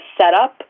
setup